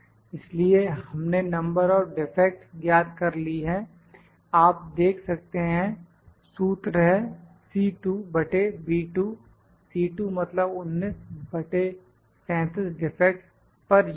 इसलिए हमने number of defects ज्ञात कर ली है आप देख सकते हैं सूत्र है C 2 बटे B 2 C 2 मतलब 19 बटे 37 डिफेक्ट्स पर यूनिट